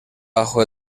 bajo